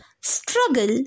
struggle